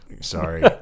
Sorry